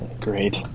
Great